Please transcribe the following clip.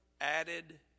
added